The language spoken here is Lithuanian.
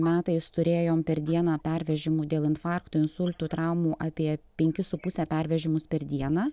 metais turėjom per dieną pervežimų dėl infarktų insultų traumų apie penkis su puse pervežimus per dieną